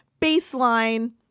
baseline